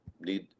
need